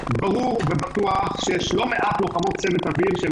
ברור ובטוח שיש לא מעט לוחמות צוות אוויר שהן